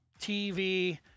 TV